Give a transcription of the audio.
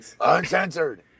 uncensored